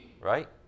Right